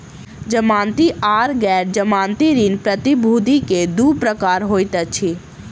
जमानती आर गैर जमानती ऋण प्रतिभूति के दू प्रकार होइत अछि